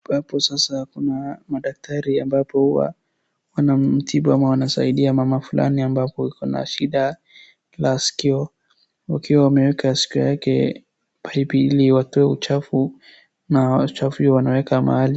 Hapo sasa kuna madaktari ambapo wanamtibu au wanasaidia mama fulani ambapo akona shida la sikio akiwa ameweka sikio lake ili watoe uchafu na uchafu hiyo wanaweka mahali.